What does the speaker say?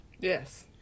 Yes